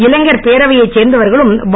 இளைஞர் பேரணியைச் சேர்ந்தவர்களும் வ